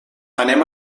anem